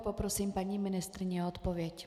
Poprosím paní ministryni o odpověď.